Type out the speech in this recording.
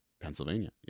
pennsylvania